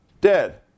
dead